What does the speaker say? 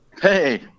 Hey